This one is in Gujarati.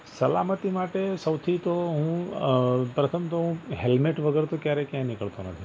સલામતી માટે સૌથી તો હું પ્રથમ તો હું હૅલ્મેટ વગર તો ક્યારેય ક્યાંય નીકળતો નથી